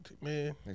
Man